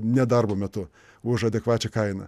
nedarbo metu už adekvačią kainą